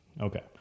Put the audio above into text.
Okay